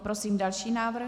Prosím další návrh.